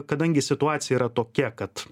kadangi situacija yra tokia kad